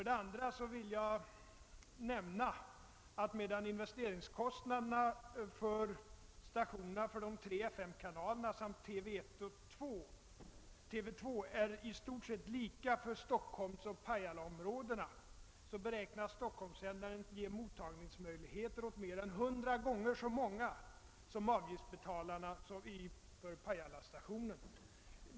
Dessutom vill jag nämna att, medan investeringskostnaderna för stationerna för de tre FM-kanalerna samt TV 1 och TV 2 är i stort sett lika för Stockholmsområdet och Pajalaområdet, beräknas Stockholmssändaren ge mottagningsmöjligheter åt mera än 100 gånger så många människor som avgiftsbetalarna i Pajalaområdet.